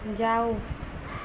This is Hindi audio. जाओ